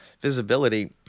visibility